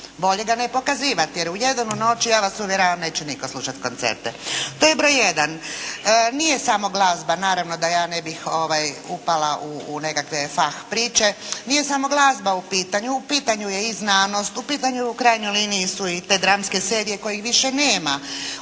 Bolje ga ne pokazivati, jer u jedan u noći ja vas uvjeravam neće nitko slušati koncerte. To je broj jedan. Nije samo glazba naravno. Da ja ne bih upala u nekakve fah priče, nije samo glazba u pitanju. U pitanju je i znanost, u pitanju su u krajnjoj liniji i te dramske serije kojih više nema.